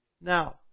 Now